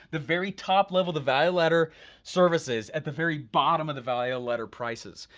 the very top level the value ladder services, at the very bottom of the value ladder prices.